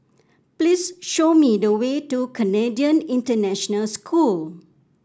please show me the way to Canadian International School